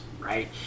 right